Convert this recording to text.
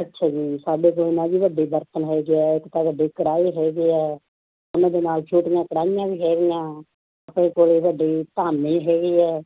ਅੱਛਾ ਜੀ ਸਾਡੇ ਕੋਲ ਨਾ ਜੀ ਵੱਡੇ ਬਰਤਨ ਹੈ ਜੋ ਇੱਕ ਤਾਂ ਵੱਡੇ ਕੜਾਹੇ ਹੈਗੇ ਆ ਉਹਨਾਂ ਦੇ ਨਾਲ ਛੋਟੀਆਂ ਕੜਾਹੀਆਂ ਵੀ ਹੈਗੀਆਂ ਸਾਡੇ ਕੋਲ ਵੱਡੇ ਧਾਮੇ ਹੈਗੇ ਹੈ